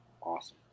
Awesome